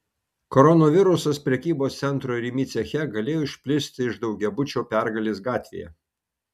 koronavirusas prekybos centro rimi ceche galėjo išplisti iš daugiabučio pergalės gatvėje